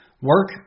Work